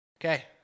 okay